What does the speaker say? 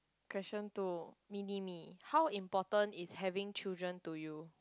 question two mini me how important is having children to you